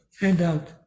handout